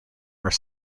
are